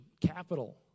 capital